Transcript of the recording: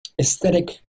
aesthetic